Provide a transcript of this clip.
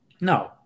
No